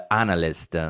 analyst